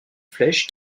flèche